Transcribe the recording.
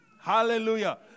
Hallelujah